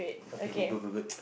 okay okay good good